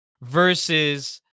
versus